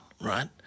right